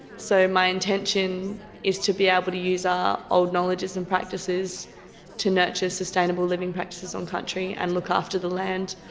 so my intention is to be able ah but to use our old knowledges and practices to nurture sustainable living practices on country and look after the land,